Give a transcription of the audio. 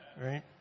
right